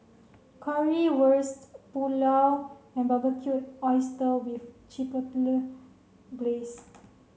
Currywurst Pulao and Barbecued Oyster with Chipotle Glaze